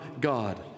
God